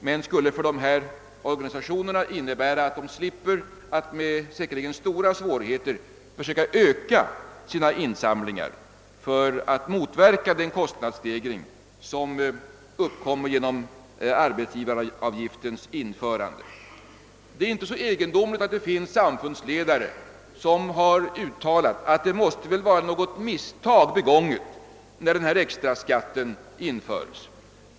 Men det skulle för dessa organisationer innebära att de slipper att med säkerligen stora svårigheter försöka öka sina insamlingar för att täcka den kostnadsstegring som uppkommit genom arbetsgivaravgiftens införande. Det är inte så egendomligt att det finns samfundsledare som har uttalat att det måste väl vara ett misstag begånget när den extra skatten infördes.